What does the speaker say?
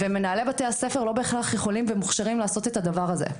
ומנהלי בתי הספר לא בהכרח יכולים ומוכשרים לעשות את הדבר הזה.